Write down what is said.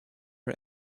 her